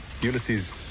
Ulysses